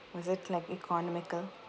was it like economical